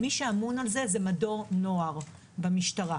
מי שאמון על זה הוא מדור נוער במשטרה,